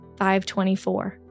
5.24